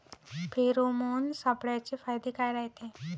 Pheromone सापळ्याचे फायदे काय रायते?